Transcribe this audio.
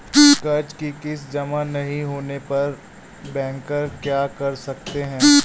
कर्ज कि किश्त जमा नहीं होने पर बैंकर क्या कर सकते हैं?